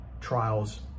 trials